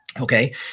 Okay